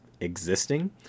existing